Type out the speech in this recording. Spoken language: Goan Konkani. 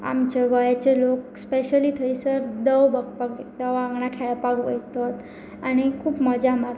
आमचे गोंयाचे लोक स्पेशली थंयसर दंव भोगपाक दंवा वांगडा खेळपाक वयतात आनी खूब मजा मारतात